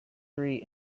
three